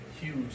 huge